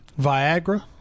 Viagra